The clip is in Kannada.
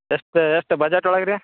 ಎಷ್ಟು ಎಷ್ಟು ಬಜೇಟ್ ಒಳಗೆ ರೀ